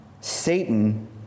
Satan